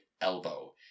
elbow